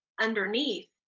underneath